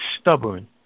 stubborn